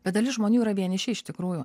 bet dalis žmonių yra vieniši iš tikrųjų